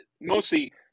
mostly